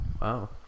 Wow